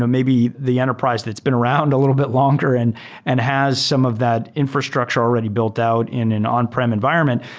ah maybe the enterprise that's been around a little bit longer and and has some of that infrastructure already built out in an on-prem environment.